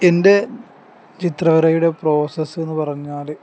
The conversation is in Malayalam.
എൻ്റെ ചിത്രവരയുടെ പ്രോസസ്സ് എന്ന് പറഞ്ഞാൽ